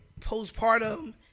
postpartum